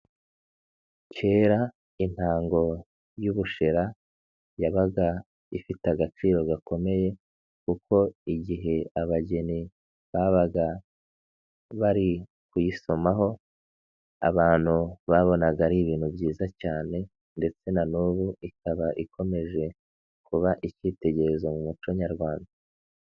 Kera intango y'ubushera yabaga ifite agaciro gakomeye kuko igihe abageni babaga bari kuyisomaho, abantu babonaga ari ibintu byiza cyane ndetse na n'ubu ikaba ikomeje kuba ikitegererezo mu muco nyarwanda.